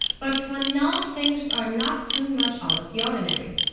but for now things are not too much out of the ordinary.